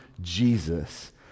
Jesus